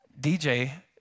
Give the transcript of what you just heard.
DJ